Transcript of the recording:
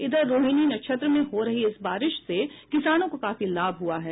इधर रोहिणी नक्षत्र में हो रही इस बारिश से किसानों को काफी लाभ हुआ है